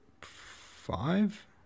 five